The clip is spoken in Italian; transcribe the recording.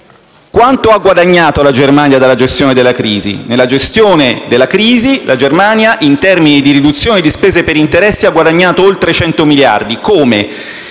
Quanto ha guadagnato la Germania dalla gestione della crisi? Nella gestione della crisi la Germania, in termini di riduzione di spese per interessi ha guadagnato oltre 100 miliardi. Come?